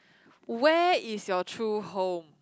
where is your true home